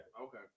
Okay